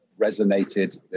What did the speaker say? resonated